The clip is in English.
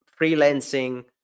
freelancing